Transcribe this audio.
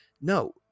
no